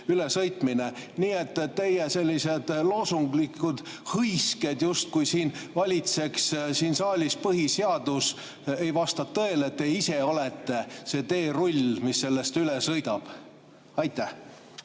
ülesõitmine. Nii et teie sellised loosunglikud hõisked, justkui siin saalis valitseks põhiseadus, ei vasta tõele. Te ise olete see teerull, mis sellest üle sõidab. Aitäh!